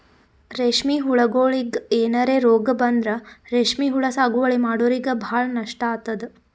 ರೇಶ್ಮಿ ಹುಳಗೋಳಿಗ್ ಏನರೆ ರೋಗ್ ಬಂದ್ರ ರೇಶ್ಮಿ ಹುಳ ಸಾಗುವಳಿ ಮಾಡೋರಿಗ ಭಾಳ್ ನಷ್ಟ್ ಆತದ್